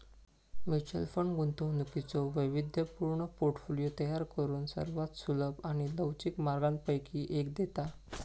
mutual fund गुंतवणुकीचो वैविध्यपूर्ण portfolio तयार करुक सर्वात सुलभ आणि लवचिक मार्गांपैकी एक देता